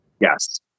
Yes